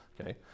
okay